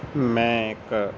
ਮੈਂ ਇੱਕ